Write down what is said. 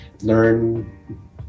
learn